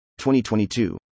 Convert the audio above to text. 2022